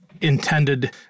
intended